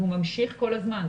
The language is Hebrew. הוא ממשיך כל הזמן.